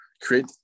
create